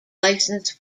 licence